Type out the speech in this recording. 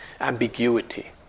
ambiguity